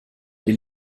will